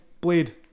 Blade